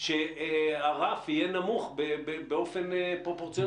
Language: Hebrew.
מיד נעלה את האוצר